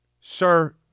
Sir